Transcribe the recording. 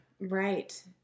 Right